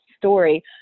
story